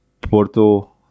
Porto